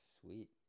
sweet